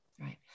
right